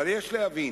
אבל יש להבין: